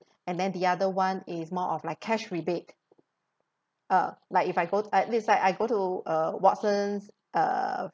and then the other one is more of like cash rebate uh like if I go it's like I go to uh watsons uh